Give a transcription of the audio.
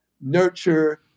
nurture